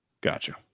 Gotcha